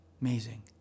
Amazing